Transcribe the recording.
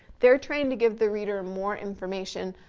they're trying to give the reader more information,